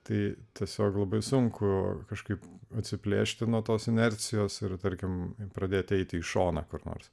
tai tiesiog labai sunku kažkaip atsiplėšti nuo tos inercijos ir tarkim pradėti eiti į šoną kur nors